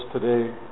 today